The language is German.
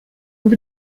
wird